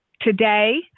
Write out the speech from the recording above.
Today